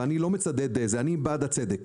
ואני בעד הצדק.